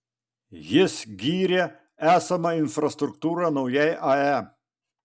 jis gyrė esamą infrastruktūrą naujai ae